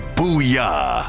Booyah